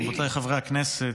רבותיי חברי הכנסת,